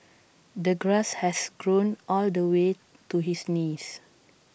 the grass has grown all the way to his knees